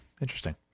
Interesting